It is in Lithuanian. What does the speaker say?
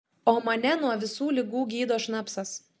o mane nuo visų ligų gydo šnapsas